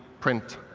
print,